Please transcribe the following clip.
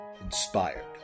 Inspired